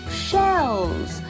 shells